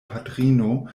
patrino